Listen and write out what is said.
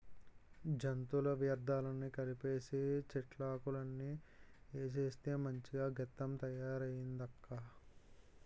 జంతువుల వ్యర్థాలన్నీ కలిపీసీ, చెట్లాకులన్నీ ఏసేస్తే మంచి గెత్తంగా తయారయిందక్కా